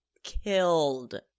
Killed